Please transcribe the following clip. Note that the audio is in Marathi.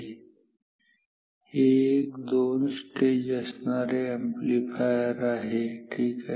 हे एक 2 स्टेज असणारे अॅम्प्लीफायर आहे ठीक आहे